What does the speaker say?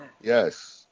Yes